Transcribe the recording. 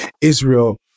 Israel